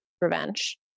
revenge